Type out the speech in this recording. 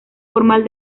formal